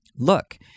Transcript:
Look